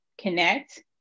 connect